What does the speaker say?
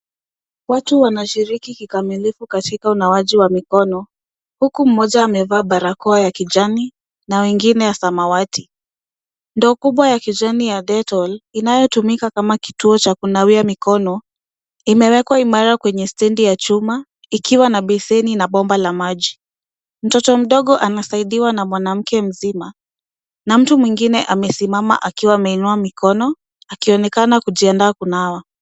Watu wanashiriki kikamilifu katika unawaji wa mikono, huku mmoja amevaa barakoa ya kijani na wengine ya samawati. Ndoo kubwa ya kijani ya Dettol, inayotumika kama kituo cha kunawia mikono, imewekwa imara kwenye stendi ya chuma, ikiwa na beseni na bomba la maji. Mtoto mdogo anasaidiwa na mwanamke mzima, na mtu mwingine amesimama akiwa ameinuwa mikono, akionekana kujiandaa kunawa.